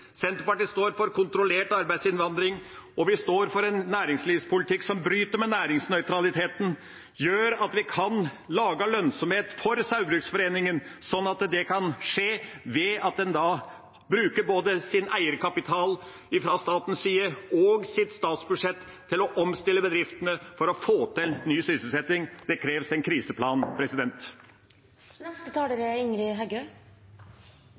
Senterpartiet står for kontrollert arbeidsinnvandring, og vi står for en næringslivspolitikk som bryter med næringsnøytraliteten, som gjør at vi kan skape lønnsomhet for Saugbrugsforeningen, sånn at det kan skje ved at en bruker både sin eierkapital fra statens side og sitt statsbudsjett til å omstille bedriftene for å få til ny sysselsetting. Det kreves en kriseplan.